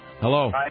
Hello